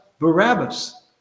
Barabbas